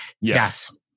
Yes